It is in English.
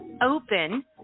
open